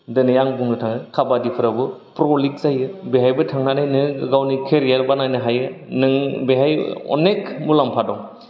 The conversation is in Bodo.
दिनै आं बुंनो थाङो खाबादिफोरावबो प्र' लिग जायो बेहायबो थांनानै नोङो गावनि केरियार बानायनो हायो नों बेहाय अनेख मुलाम्फा दं